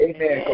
Amen